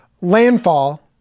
landfall